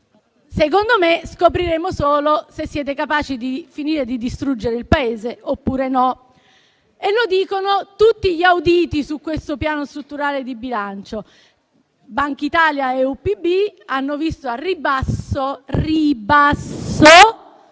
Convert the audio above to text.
Secondo me scopriremo solo se siete capaci di finire di distruggere il Paese oppure no. Lo dicono tutti gli auditi su questo piano strutturale di bilancio. Bankitalia e UPB hanno rivisto al ribasso